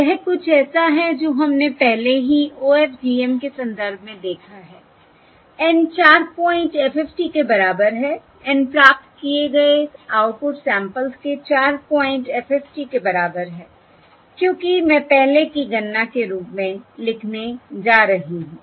यह कुछ ऐसा है जो हमने पहले ही OFDM के संदर्भ में देखा है N 4 पॉइंट FFT के बराबर है N प्राप्त किए गए आउटपुट सैंपल्स के 4 पॉइंट FFT के बराबर है क्योंकि मैं पहले की गणना के रूप में लिखने जा रही हूं